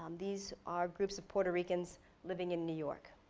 um these are groups of puerto ricans living in new york.